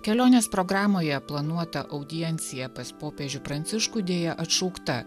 kelionės programoje planuota audiencija pas popiežių pranciškų deja atšaukta